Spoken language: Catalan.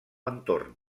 entorn